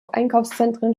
einkaufszentren